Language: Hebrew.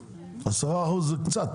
10% זה קצת.